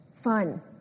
fun